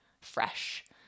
fresh